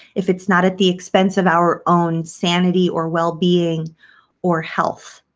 if it's not at the expense of our own sanity or well-being or health.